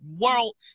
world